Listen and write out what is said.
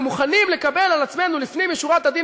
אנחנו מוכנים לקבל על עצמנו לפנים משורת הדין